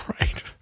right